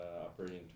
operating